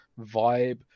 vibe